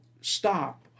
stop